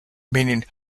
meaning